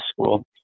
School